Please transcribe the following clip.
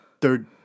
third